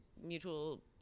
mutual